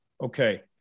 Okay